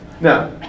Now